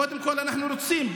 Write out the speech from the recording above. קודם כול אנחנו רוצים,